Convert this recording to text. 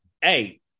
hey